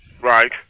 Right